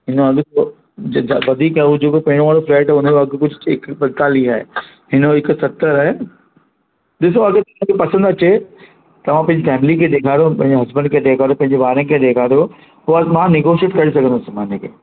हिन जो अघु थोरो वधीक हुजुव पहिरियों वारो फ्लैट हुओ उनजो अघु कुझु हिकु पंजुतालीह आहे हिन जो हिकु सतरि आहे ॾिसो अघु अगरि पसंदि अचे तव्हां पंहिंजी फैमिली खे ॾेखारियो पंहिंजे हसबैंड खे ॾेखारियो पंहिजे ॿारनि खे ॾेखारियो पोइ मां नेगोशिएट करे सघंदुमि माने की